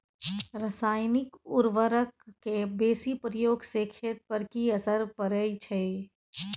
रसायनिक उर्वरक के बेसी प्रयोग से खेत पर की असर परै छै?